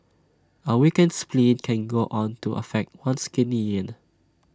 A weakened spleen can go on to affect one's Kidney Yin